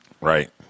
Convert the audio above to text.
Right